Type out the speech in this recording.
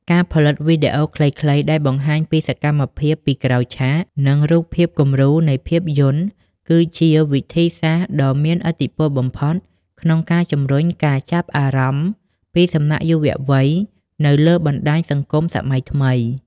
ការផលិតវីដេអូខ្លីៗដែលបង្ហាញពីសកម្មភាពពីក្រោយឆាក និងរូបភាពគំរូនៃភាពយន្ត គឺជាវិធីសាស្ត្រដ៏មានឥទ្ធិពលបំផុតក្នុងការជម្រុញការចាប់អារម្មណ៍ពីសំណាក់យុវវ័យនៅលើបណ្ដាញសង្គមសម័យថ្មី។